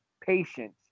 patience